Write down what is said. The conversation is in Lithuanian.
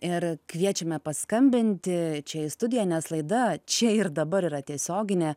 ir kviečiame paskambinti čia į studiją nes laida čia ir dabar yra tiesioginė